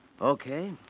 Okay